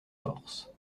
forces